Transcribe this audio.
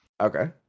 Okay